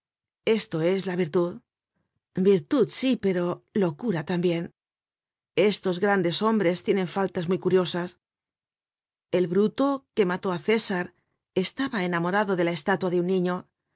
esto es la virtud virtud sí pero locura tambien estos grandes hombres tienen faltas muy curiosas el bruto que mató á césar estaba enamorado de la estatua de un niño